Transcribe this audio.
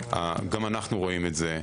גם אנו רואים את זה,